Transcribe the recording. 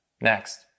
Next